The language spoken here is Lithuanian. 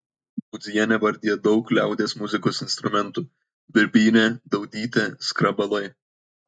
budzienė vardija daug liaudies muzikos instrumentų birbynė daudytė skrabalai